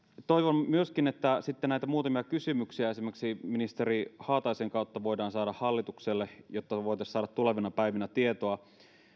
toivon myöskin että sitten näitä muutamia kysymyksiä esimerkiksi ministeri haataisen kautta voidaan saada hallitukselle jotta me voisimme saada tulevina päivinä tietoa